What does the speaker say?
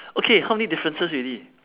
okay how many differences already